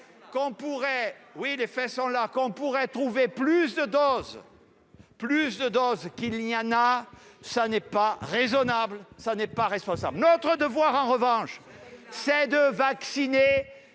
qu'on pourrait trouver plus de doses qu'il n'y en a, cela n'est ni raisonnable ni responsable. Notre devoir, en revanche, c'est de vacciner